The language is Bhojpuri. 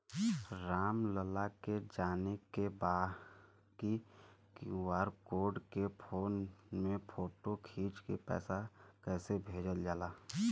राम लाल के जाने के बा की क्यू.आर कोड के फोन में फोटो खींच के पैसा कैसे भेजे जाला?